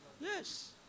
Yes